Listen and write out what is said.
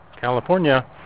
California